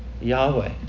Yahweh